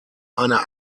einer